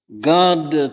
God